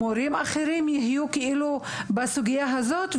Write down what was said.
האם מורים אחרים יהיו בסוגיה הזאת?